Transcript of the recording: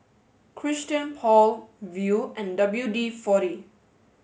Christian Paul Viu and W D Forty